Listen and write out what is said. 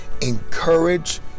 encourage